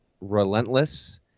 relentless